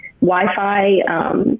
Wi-Fi